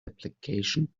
application